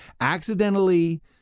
accidentally